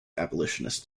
abolitionist